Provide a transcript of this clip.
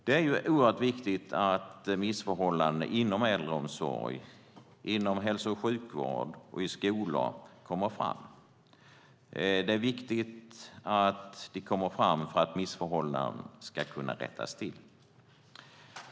Det är oerhört viktigt att missförhållanden inom äldreomsorg, inom hälso och sjukvård och i skolor kommer fram. Det är viktigt att det kommer fram för att missförhållanden ska kunna rättas till.